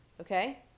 Okay